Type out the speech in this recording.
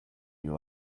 you